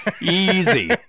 easy